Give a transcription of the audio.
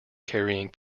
carrying